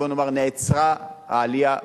בוא נאמר: נעצרה העלייה בעוני.